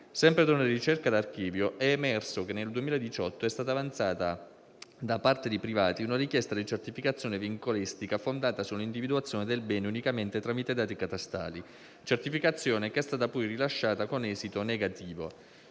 Sempre da una ricerca d'archivio, è emerso che nel 2018 è stata avanzata, da parte di privati, una richiesta di certificazione vincolistica, fondata sull'individuazione del bene unicamente tramite dati catastali. Tale certificazione è stata poi rilasciata con esito negativo.